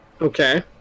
Okay